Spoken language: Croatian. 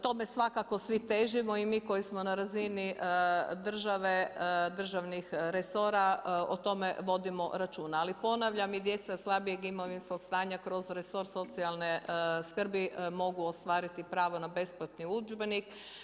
Tome svakako svi težimo i mi koji smo na razini države, državnih resora, o tome vodimo računa ali ponavljam, i djeca slabijeg imovinskog stanja kroz resor socijalne skrbi mogu ostvariti pravo na besplatni udžbenik.